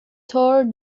tore